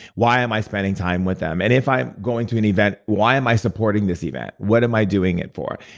why am i spending time with them? and if i'm going to an event, why am i supporting this event? what am i doing it for?